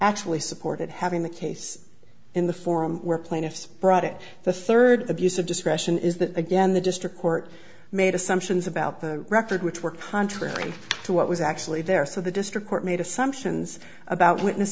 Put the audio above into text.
actually supported having the case in the forum where plaintiffs brought it the third abuse of discretion is that again the district court made assumptions about the record which were contrary to what was actually there so the district court made assumptions about witness